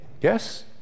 Yes